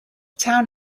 town